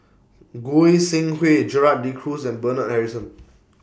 Goi Seng Hui Gerald De Cruz and Bernard Harrison